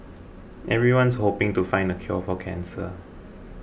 everyone's hoping to find the cure for cancer